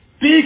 Big